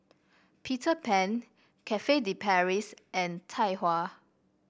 Peter Pan Cafe De Paris and Tai Hua